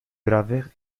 gravures